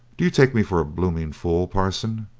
do you take me for a blooming fool, parson?